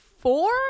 four